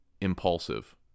impulsive